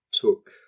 took